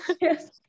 Yes